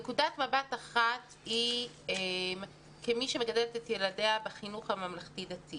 נקודת מבט אחת כמי שמגדלת את ילדיה בחינוך הממלכתי-דתי